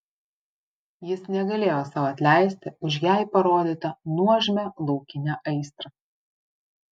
jis negalėjo sau atleisti už jai parodytą nuožmią laukinę aistrą